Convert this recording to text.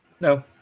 No